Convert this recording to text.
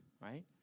right